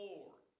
Lord